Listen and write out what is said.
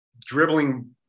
dribbling